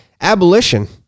abolition